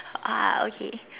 ah okay